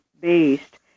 based